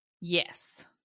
yes